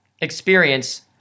experience